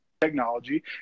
technology